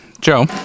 Joe